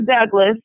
Douglas